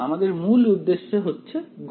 আমাদের মূল উদ্দেশ্য হচ্ছে গণনা কমানো